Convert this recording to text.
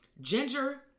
Ginger